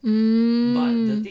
hmm